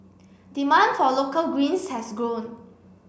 demand for local greens has grown